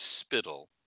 spittle